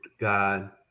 God